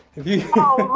you know